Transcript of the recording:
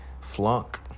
flunk